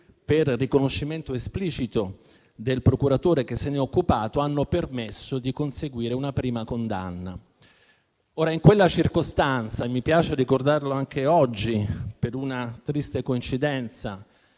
per riconoscimento esplicito del procuratore che se n'è occupato, hanno permesso di conseguire una prima condanna. In quella circostanza - mi piace ricordarlo anche oggi, per una triste coincidenza